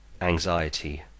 anxiety